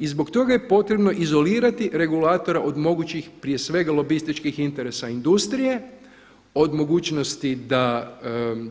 I zbog toga je potrebno izolirati regulatora od mogućih prije svega lobističkih interesa industrije od mogućnosti da